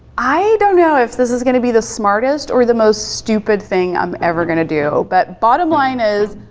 i don't know if this is gonna be the smartest or the most stupid thing i'm ever gonna do, but bottom line is,